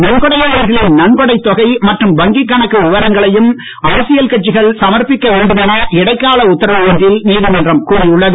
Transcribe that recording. நன்கொடையாளர்களின் நன்கொடைத் தொகை மற்றும் வங்கிக் கணக்கு விவரங்களையும் அரசியல் கட்சிகள் சமர்ப்பிக்க வேண்டும் என இடைக்கால உத்தரவு ஒன்றில் நீதிமன்றம் கூறியுள்ளது